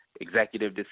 executive